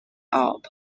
orb